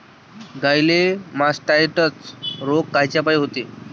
गाईले मासटायटय रोग कायच्यापाई होते?